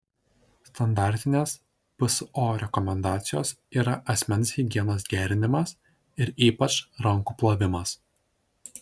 standartinės pso rekomendacijos yra asmens higienos gerinimas ir ypač rankų plovimas